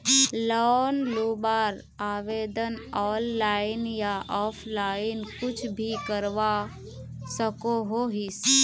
Loan लुबार आवेदन online या ऑफलाइन कुछ भी करवा सकोहो ही?